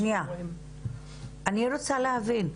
רוצה להבין,